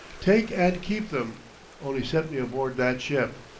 take and keep them only set me aboard that ship!